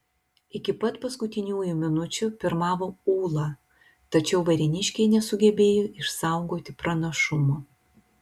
iki pat paskutiniųjų minučių pirmavo ūla tačiau varėniškiai nesugebėjo išsaugoti pranašumo